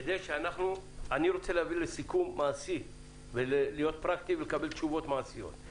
כי אני רוצה להביא לסיכום מעשי ולקבל תשובות מעשיות.